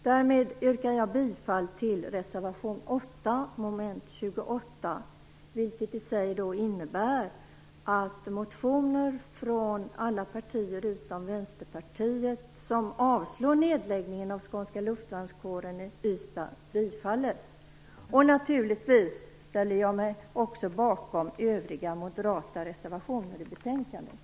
Därmed yrkar jag bifall till reservation 8, mom. 28, vilket innebär ett stöd för de motioner från alla partier utom Vänsterpartiet som avstyrker nedläggningen av skånska luftvärnskåren i Ystad. Naturligtvis ställer jag mig också bakom övriga moderata reservationer i betänkandet.